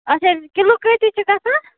اَچھا کِلوٗ کۭتِس چھِ گژھان